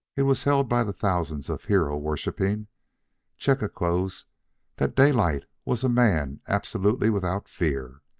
it was held by the thousands of hero-worshipping chechaquos that daylight was a man absolutely without fear.